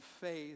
faith